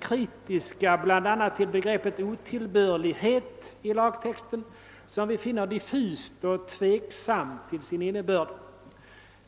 kritiska bl a. till begreppet otillbörlighet i lagtexten som vi finner diffust och oklart till sin innebörd.